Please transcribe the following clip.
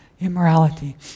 immorality